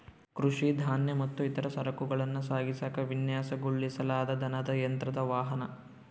ಕೃಷಿ ಧಾನ್ಯ ಮತ್ತು ಇತರ ಸರಕುಗಳನ್ನ ಸಾಗಿಸಾಕ ವಿನ್ಯಾಸಗೊಳಿಸಲಾದ ದನದ ಯಂತ್ರದ ವಾಹನ